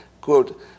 quote